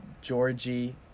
Georgie